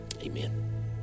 amen